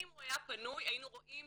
אם הוא היה פנוי היינו רואים